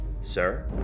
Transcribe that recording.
Sir